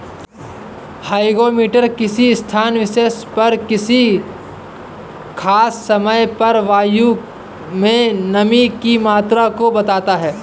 hygrometer किसी स्थान विशेष पर किसी खास समय पर वायु में नमी की मात्रा को बताता है